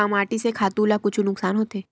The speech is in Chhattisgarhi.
का माटी से खातु ला कुछु नुकसान होथे?